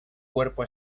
cuerpo